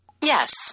Yes